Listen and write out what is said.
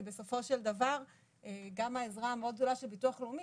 כי בסופו של דבר גם העזרה הגדולה של ביטוח לאומי